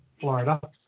Florida